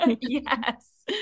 Yes